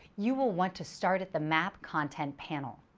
you will want to start at the map content panel.